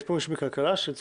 יש פה מישהו מכלכלה שינמק?